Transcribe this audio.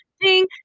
Ding